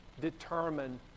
determine